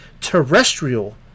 terrestrial